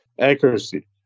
accuracy